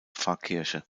pfarrkirche